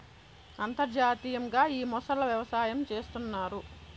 అంతర్జాతీయంగా ఈ మొసళ్ళ వ్యవసాయం చేస్తన్నారు